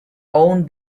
own